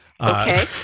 Okay